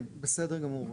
בסדר גמור.